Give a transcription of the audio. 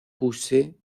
poussée